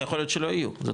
ויכול להיות שלא יהיו,